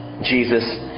Jesus